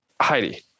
Heidi